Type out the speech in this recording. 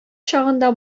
чагында